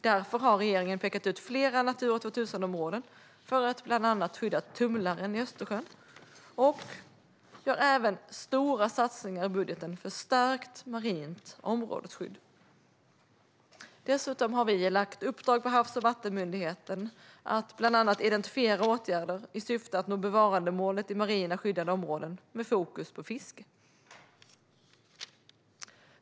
Därför har regeringen pekat ut flera Natura 2000-områden för att skydda bland annat tumlaren i Östersjön och gör även stora satsningar i budgeten för stärkt marint områdesskydd. Dessutom har vi lagt uppdrag på Havs och vattenmyndigheten att bland annat identifiera åtgärder i syfte att nå bevarandemålen i marina skyddade områden med fokus på fiske.